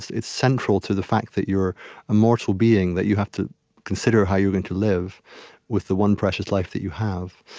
it's central to the fact that you're a mortal being that you have to consider how you're going to live with the one precious life that you have.